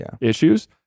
issues